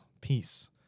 peace